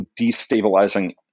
destabilizing